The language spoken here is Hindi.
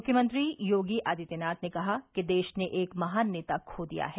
मुख्यमंत्री योगी आदित्यनाथ ने कहा कि देश ने एक महान नेता खो दिया है